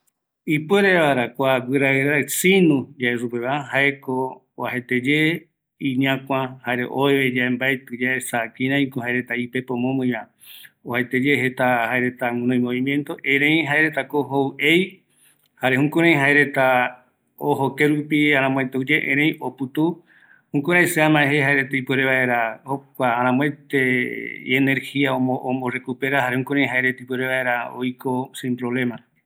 Ipuere vaera kua guira raɨ raɨ, sinu yae supeva, jaeko oajaeteye iñakua oveveyave, mbaetɨ yaesa kïraïko ipepo omomɨiva, jaeretako jou ei, jukuraï jaereta aramoete ojo kerupi, ou oputu, jukurai mbaetɨ jete ombokangɨ, jare oiko vaera ikavi